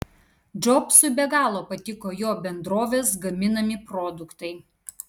džobsui be galo patiko jo bendrovės gaminami produktai